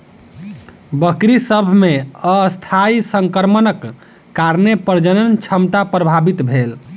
बकरी सभ मे अस्थायी संक्रमणक कारणेँ प्रजनन क्षमता प्रभावित भेल